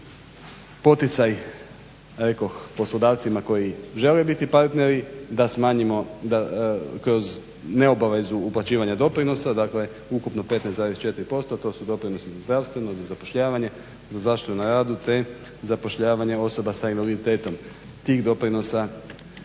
poticaj rekoh poslodavcima koji žele biti partneri da smanjimo kroz neobavezu uplaćivanja doprinosa dakle ukupno 15,4%. To su doprinosi za zdravstveno, za zapošljavanje, za zaštitu na radu te zapošljavanje osoba s invaliditetom. Tih doprinosa